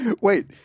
Wait